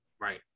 Right